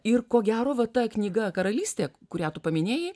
ir ko gero va ta knyga karalystė kurią tu paminėjai